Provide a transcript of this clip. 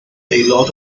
aelod